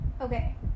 Okay